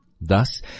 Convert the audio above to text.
Thus